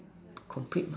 complete mah